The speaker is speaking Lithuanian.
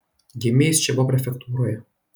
gimė jis čibo prefektūroje